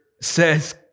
says